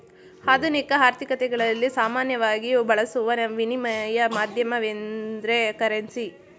ಆಧುನಿಕ ಆರ್ಥಿಕತೆಗಳಲ್ಲಿ ಸಾಮಾನ್ಯವಾಗಿ ಬಳಸುವ ವಿನಿಮಯ ಮಾಧ್ಯಮವೆಂದ್ರೆ ಕರೆನ್ಸಿ